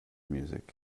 music